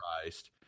Christ